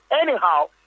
anyhow